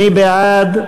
מי בעד?